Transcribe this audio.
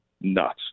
nuts